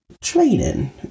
training